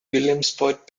williamsport